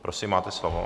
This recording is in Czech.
Prosím, máte slovo.